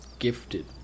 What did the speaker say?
gifted